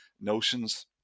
notions